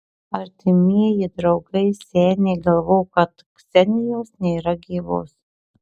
artimieji draugai seniai galvojo kad ksenijos nėra gyvos